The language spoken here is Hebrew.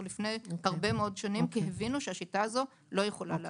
לפני הרבה מאוד שנים כי הבינו שהשיטה הזו לא יכולה לעבוד.